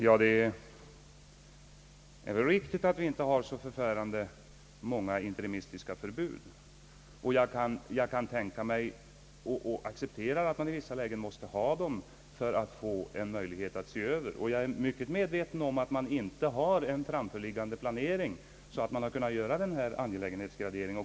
Herr talman! Det är riktigt att vi inte har så förfärande många interi mistiska förbud, och jag kan tänka mig att acceptera att man i vissa lägen måste ha dem för att få en möjlighet att se över läget. Jag är mycket medveten om att man inte har en framförliggande planering så att man har kunnat göra en nödvändig angelägenhetsgradering.